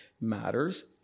matters